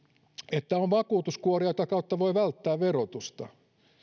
että on vakuutuskuoria jota kautta voi välttää verotusta